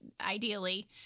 ideally